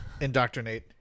indoctrinate